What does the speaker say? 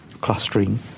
clustering